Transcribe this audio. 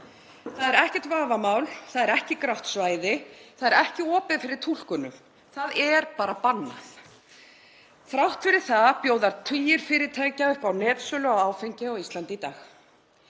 Það er ekkert vafamál. Það er ekki grátt svæði. Það er ekki opið fyrir túlkunum. Það er bara bannað. Þrátt fyrir það bjóða tugir fyrirtækja upp á netsölu á áfengi á Íslandi í dag.